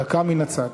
דקה, מן הצד.